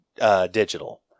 Digital